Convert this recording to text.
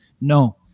No